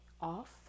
off